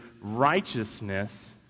righteousness